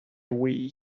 wii